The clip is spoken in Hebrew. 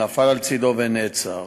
נפל על צדו ונעצר.